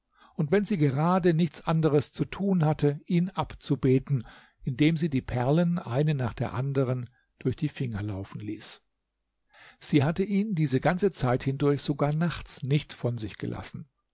und wenn sie gerade nichts anderes zu tun hatte ihn abzubeten indem sie die perlen eine nach der anderen durch die finger laufen ließ sie hatte ihn diese ganze zeit hindurch sogar nachts nicht von sich gelassen